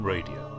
Radio